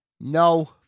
No